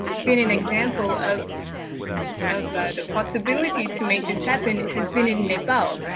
been an example of of the possibility to make this happen has been in nepal,